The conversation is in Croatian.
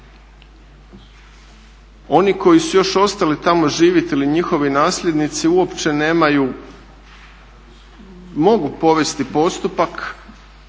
Oni koji su još ostali tamo živjeti ili njihovi nasljednici uopće nemaju, mogu povesti postupak